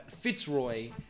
Fitzroy